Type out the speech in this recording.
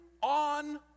on